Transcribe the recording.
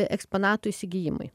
eksponatų įsigijimui